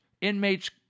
Inmates